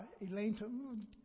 Elaine